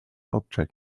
object